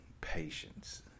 patience